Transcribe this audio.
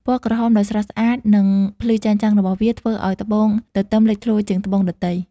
ពណ៌ក្រហមដ៏ស្រស់ស្អាត និងភ្លឺចែងចាំងរបស់វា ធ្វើឲ្យត្បូងទទឹមលេចធ្លោជាងត្បូងដទៃ។